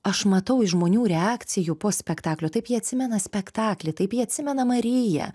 aš matau iš žmonių reakcijų po spektaklio taip jie atsimena spektaklį taip jie atsimena mariją